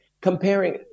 comparing